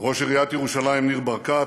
ראש עיריית ירושלים ניר ברקת,